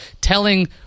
telling